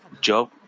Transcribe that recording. Job